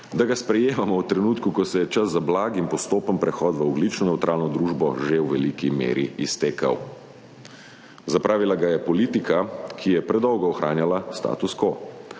da ga sprejemamo v trenutku, ko se je čas za blag in postopen prehod v ogljično nevtralno družbo že v veliki meri iztekel. Zapravila ga je politika, ki je predolgo ohranjala status quo,